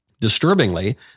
Disturbingly